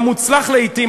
המוצלח לעתים,